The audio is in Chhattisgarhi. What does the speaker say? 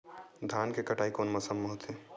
धान के कटाई कोन मौसम मा होथे?